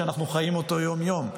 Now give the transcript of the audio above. שאנחנו חיים אותו יום-יום.